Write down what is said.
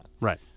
Right